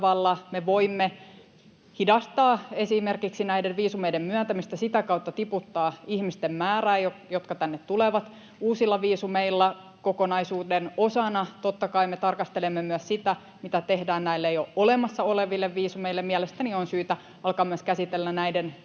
me voimme hidastaa esimerkiksi näiden viisumeiden myöntämistä, sitä kautta tiputtaa niiden ihmisten määrää, jotka tänne tulevat uusilla viisumeilla. Kokonaisuuden osana totta kai me tarkastelemme myös sitä, mitä tehdään näille jo olemassa oleville viisumeille. Mielestäni on syytä alkaa käsitellä myös näiden